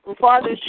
Father